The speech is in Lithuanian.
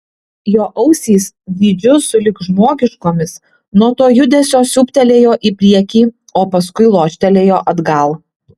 jo ausys dydžiu sulig žmogiškomis nuo to judesio siūbtelėjo į priekį o paskui loštelėjo atgal